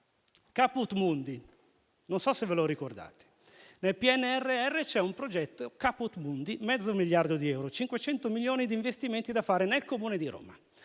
Caput mundi. Non so se ve lo ricordate. Nel PNRR c'è un progetto, Caput mundi: mezzo miliardo di euro, 500 milioni di investimenti da fare nel Comune di Roma.